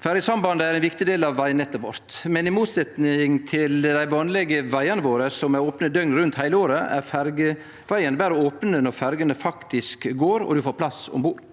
Ferjesamband er ein viktig del av vegnettet vårt, men i motsetning til dei vanlege vegane våre som er opne døgnet rundt heile året, er ferjevegen berre open når ferjene faktisk går og ein får plass om bord.